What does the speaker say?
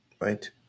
right